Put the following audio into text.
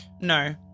No